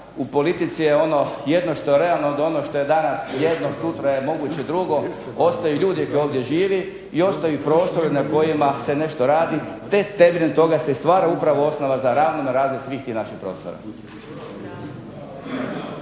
u politici je ono jedno što je realno, da ono što je danas jedno sutra je moguće drugo, ostaju ljudi koji ovdje žive, i ostaju prostori na kojima se nešto radi, te temeljem toga se stvara upravo osnova za …/Ne razumije se./… svih tih naših prostora.